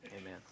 amen